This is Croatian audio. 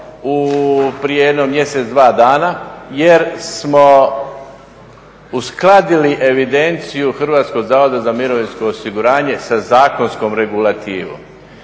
prije jedno mjesec, dva, dana jer smo uskladili evidenciju Hrvatskog zavoda za mirovinsko osiguranje sa zakonskom regulativom.